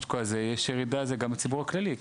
יש ירידה זה גם בציבור הכללי,